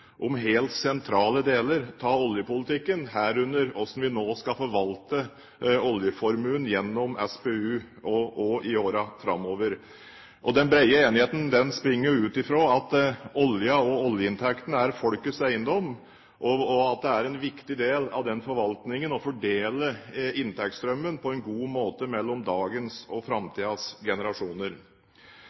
om helt sentrale deler av oljepolitikken, herunder hvordan vi skal forvalte oljeformuen gjennom SPU, også i årene framover. Den brede enigheten springer ut av at oljen og oljeinntektene er folkets eiendom, og at det er en viktig del av den forvaltningen å fordele inntektsstrømmen på en god måte mellom dagens og framtidens generasjoner.